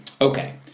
Okay